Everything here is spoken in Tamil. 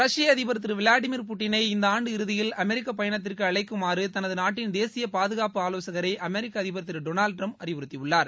ரஷ்ய அதிபர் திரு விளாடிமீர் புட்டிளை இந்த ஆண்டு இறுதியில் அமெரிக்க பயணத்திற்கு அழைக்குமாறு தனது நாட்டின் தேசிய பாதுகாப்பு ஆலோசகரை அமெரிக்க அதிபர் திரு டொனால்டு டிரம்ப் அறிவுறுத்தியுள்ளார்